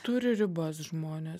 turi ribas žmonės